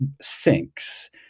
sinks